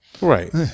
Right